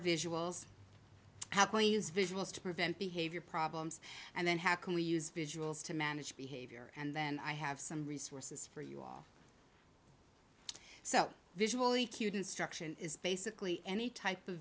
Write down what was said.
visuals how play is visuals to prevent behavior problems and then how can we use visuals to manage behavior and then i have some resources for you all so visually cued instruction is basically any type of